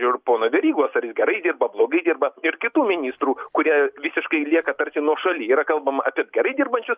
ir pono verygos gerai dirba blogai dirba ir kitų ministrų kurie visiškai lieka tarsi nuošaly yra kalbama apie gerai dirbančius